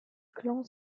clan